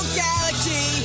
galaxy